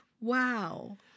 Wow